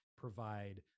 provide